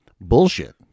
Bullshit